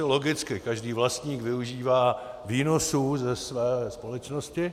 Logicky, každý vlastník využívá výnosů ze své společnosti.